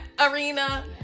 arena